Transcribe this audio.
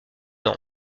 ans